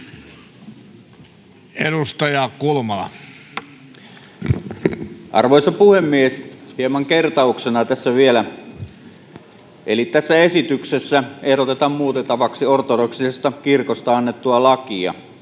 13:02 Content: Arvoisa puhemies! Hieman kertauksena tässä vielä: Tässä esityksessä ehdotetaan muutettavaksi ortodoksisesta kirkosta annettua lakia.